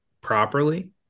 properly